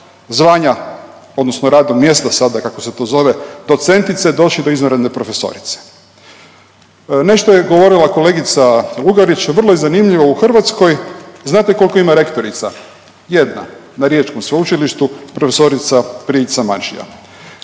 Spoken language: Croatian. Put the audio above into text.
zvanja odnosno radnog mjesta sada kako se to zove docentice došli do izvanredne profesorice. Nešto je govorila kolegica Lugarić. Vrlo je zanimljivo u Hrvatskoj. Znate koliko ima rektorica? Jedna na riječkom sveučilištu profesorica Prijić-Samardžija.